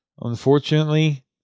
unfortunately